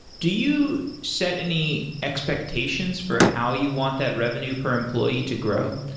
do you set any expectations for how you want that revenue per employee to grow?